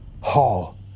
Hall